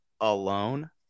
alone